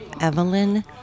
Evelyn